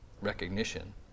recognition